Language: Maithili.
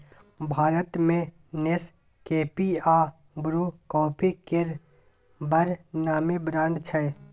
भारत मे नेसकेफी आ ब्रु कॉफी केर बड़ नामी ब्रांड छै